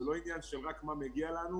זה לא רק עניין של מה מגיע לנו,